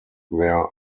their